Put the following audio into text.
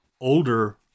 older